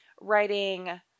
writing